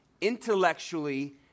intellectually